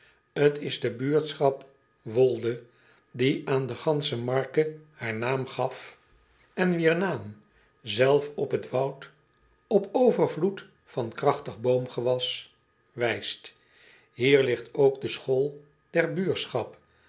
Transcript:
t s de buurschap oolde die aan de gansche marke haar naam gaf en acobus raandijk andelingen door ederland met pen en potlood eel wier naam zelf op het w o u d op overvloed van krachtig boomgewas wijst ier ligt ook de school der buurschap